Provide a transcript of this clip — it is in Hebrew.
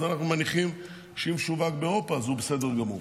אז אנחנו מניחים שאם הוא משווק באירופה אז הוא בסדר גמור